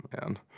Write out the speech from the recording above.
Man